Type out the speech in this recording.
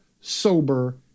sober